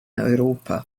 europa